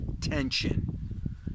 tension